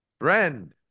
friend